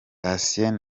thacien